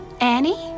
annie